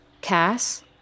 Cass